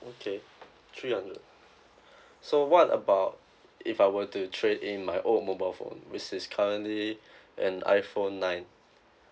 okay three hundred so what about if I were to trade in my old mobile phone which is currently an iPhone nine